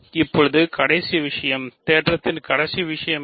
இப்போது கடைசி விஷயம் தேற்றத்தின் கடைசி விஷயம் என்ன